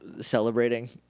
celebrating